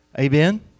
Amen